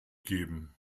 geben